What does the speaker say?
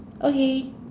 okay